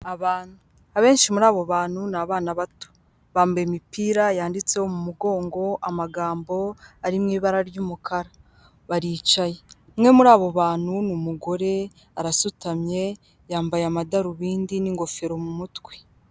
Abantu abenshi muri abo bantu ni abana bato, bambaye imipira yanditseho mu mugongo amagambo ari mu ibara ry'umukara, baricaye umwe muri abo bantu ni mugore arasutamye yambaye amadarubindi n'ingofero mu mutwe.